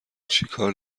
چیکار